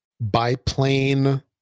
biplane